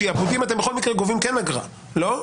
שעבודים אתם בכל מקרה גובים כן אגרה, לא?